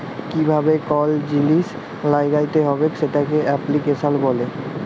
কিভাবে কল জিলিস ল্যাগ্যাইতে হবেক সেটকে এপ্লিক্যাশল ব্যলে